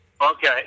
Okay